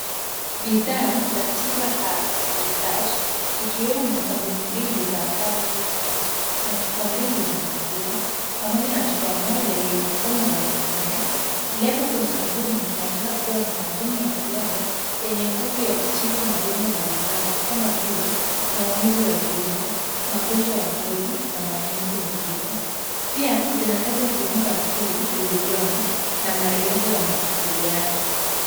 Bidhaa za Tiba Herbs research ikiwemo sabuni mbili za powerful soap na chupa mbili za mafuta, pamoja na chupa moja yenye unga wa mimea. Lebo kwenye sabuni zinaeleza kuwa ni sabuni ya kuoga yenye nguvu ya kutibu magonjwa mbalimbali kama vile; maumivu ya viungo, magonjwa ya ngozi na matumizi mengine, pia zinataja viungo asili vilivyomo na maelezo ya mawasiliano.